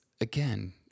again